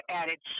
added